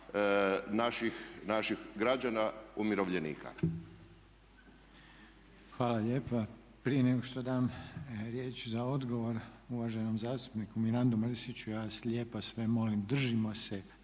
naših građana umirovljenika. **Reiner, Željko (HDZ)** Hvala lijepa. Prije nego što dam riječ za odgovor uvaženom zastupniku Mirandu Mrsiću ja vas lijepo sve molim držimo se